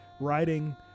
writing